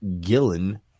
Gillen